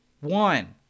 one